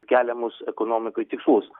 keliamus ekonomikoj tikslus